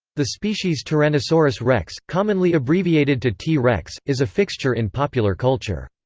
the species tyrannosaurus rex, commonly abbreviated to t. rex, is a fixture in popular culture.